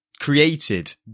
created